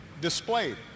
displayed